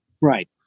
Right